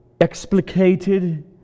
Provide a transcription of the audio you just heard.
explicated